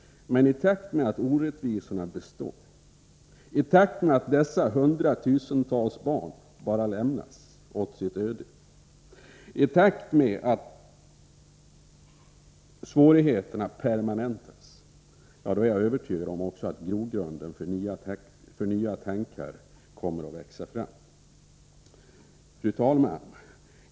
I takt med att orättvisorna består, i takt med att dessa hundratusentals barn bara lämnas åt sitt öde, och i takt med att svårigheterna permanentas, är jag övertygad om att grogrunden för nya tankar kommer att växa fram. Fru talman!